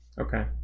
okay